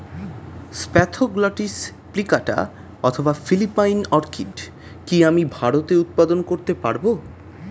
Spathoglottis plicata অথবা Philippine orchid কি আমি ভারতে উৎপাদন করতে পারবো?